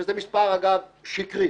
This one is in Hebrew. שזה מספר אגב שקרי.